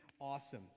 awesome